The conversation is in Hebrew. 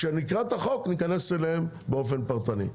כשנקרא את החוק ניכנס אליהם באופן פרטני.